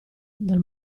dal